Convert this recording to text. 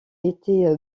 été